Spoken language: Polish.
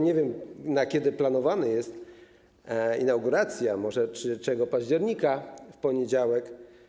Nie wiem, na kiedy planowana jest inauguracja, może 3 października, w poniedziałek.